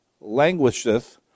languisheth